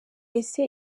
ese